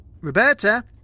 Roberta